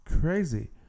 crazy